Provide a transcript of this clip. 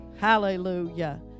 Hallelujah